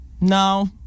No